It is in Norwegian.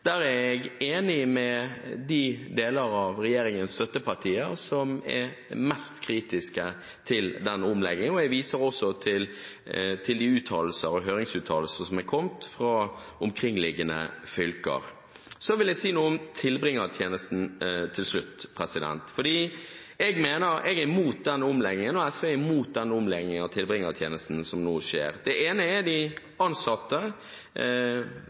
Der er jeg enig med de deler av regjeringens støttepartier som er mest kritiske til den omleggingen. Jeg viser også til de uttalelser og høringsuttalelser som er kommet fra omkringliggende fylker. Så vil jeg til slutt si noe om tilbringertjenesten. Jeg og SV er mot den omleggingen av tilbringertjenesten som nå skjer. For det ene er det de ansatte.